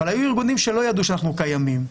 היו ארגונים שלא ידעו שאנחנו קיימים,